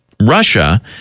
Russia